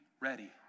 ready